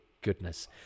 goodness